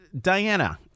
Diana